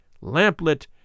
lamp-lit